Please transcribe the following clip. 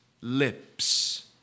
lips